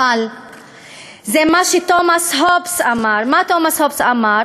אבל זה מה שתומס הובס אמר, מה תומס הובס אמר?